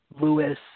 Lewis